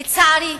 לצערי,